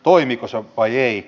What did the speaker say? toimiiko se vai ei